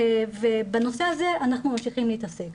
ובנושא הזה אנחנו ממשיכים להתעסק.